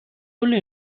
only